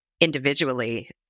individually